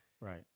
right